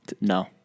No